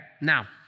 now